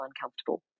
uncomfortable